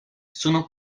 sono